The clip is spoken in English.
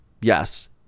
Yes